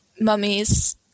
mummies